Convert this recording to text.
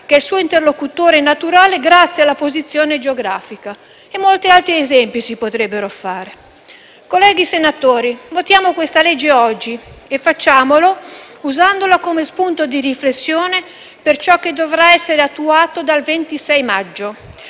che è il suo interlocutore naturale grazie alla posizione geografica, e molti altri esempi si potrebbero fare. Colleghi senatori, votiamo questa legge oggi e facciamolo usandola come spunto di riflessione per ciò che dovrà essere attuato dal 26 maggio,